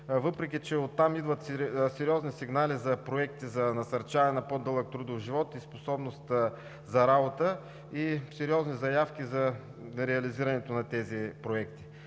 въпреки че оттам идват сериозни сигнали за проекти за насърчаване на по-дълъг трудов живот и способност за работа и сериозни заявки за реализирането на тези проекти.